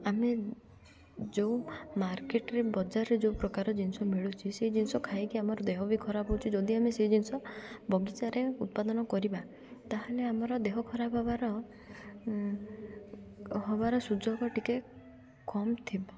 ଆମେ ଯୋଉ ମାର୍କେଟ୍ରେ ବଜାରରେ ଯୋଉ ପ୍ରକାର ଜିନିଷ ମିଳୁଛି ସେଇ ଜିନିଷ ଖାଇକି ଆମର ଦେହ ବି ଖରାପ୍ ହେଉଛି ଯଦି ଆମେ ସେଇ ଜିନିଷ ବଗିଚାରେ ଉତ୍ପାଦନ କରିବା ତାହେଲେ ଆମର ଦେହ ଖରାପ୍ ହେବାର ହେବାର ସୁଯୋଗ ଟିକେ କମ୍ ଥିବ